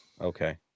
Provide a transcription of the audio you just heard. Okay